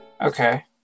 Okay